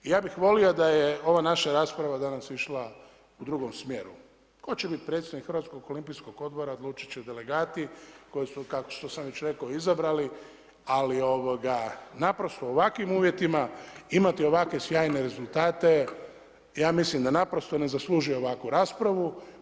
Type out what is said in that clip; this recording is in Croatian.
I ja bih volio da je ova naša rasprava danas išla u drugom smjeru, tko će biti predsjednik Hrvatskog olimpijskog odbora odlučit će delegati koji su kao što sam već rekao izabrali, ali naprosto u ovakvim uvjetima imati ovakve sjajne rezultate, ja mislim da naprosto ne zaslužuje ovakvu raspravu.